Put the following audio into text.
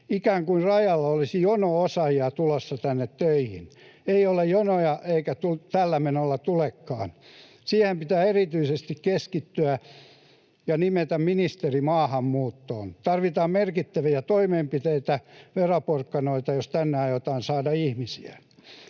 ikään kuin rajalla olisi jono osaajia tulossa tänne töihin — ei ole jonoja eikä tällä menolla tulekaan. Siihen pitää erityisesti keskittyä ja nimetä ministeri maahanmuuttoon. Tarvitaan merkittäviä toimenpiteitä, veroporkkanoita, jos tänne aiotaan saada ihmisiä.